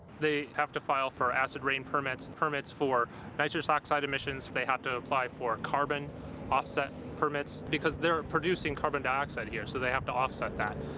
they have to file for acid rain permits, permits for nitrous oxide emissions, they have to apply for carbon offset permits. because they're producing carbon dioxide here, so they have to offset that.